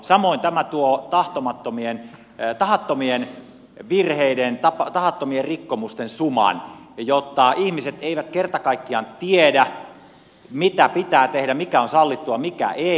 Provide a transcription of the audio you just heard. samoin tämä tuo tahattomien virheiden tahattomien rikkomusten suman niin että ihmiset eivät kerta kaikkiaan tiedä mitä pitää tehdä mikä on sallittua mikä ei